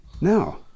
No